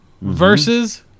versus